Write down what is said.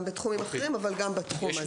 גם בתחומים אחרים אבל גם בתחום הזה.